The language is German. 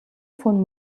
von